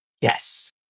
Yes